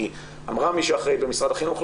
כי אמרה מי שאחראית במשרד החינוך,